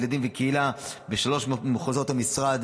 ילדים וקהילה בשלושה מחוזות המשרד.